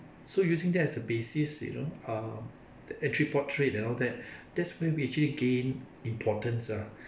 so using that as a basis you know uh the entreport trade and all that that's where we actually gained importance ah